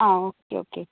ആ okay okay